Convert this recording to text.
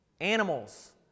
Animals